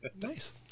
Nice